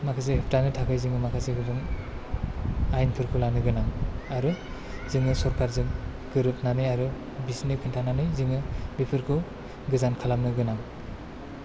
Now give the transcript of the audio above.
माखासे होबथानो थाखाय जोङो माखासे गोबां आइनफोरफोरखौ लानो गोनां आरो जोङो सरखारजों गोरोबनानै आरो बिसोरनो खिन्थानानै जोङो बेफोरखौ गोजान खालामनो गोनां